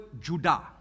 Judah